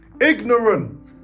ignorant